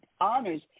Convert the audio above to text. honors